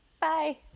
Bye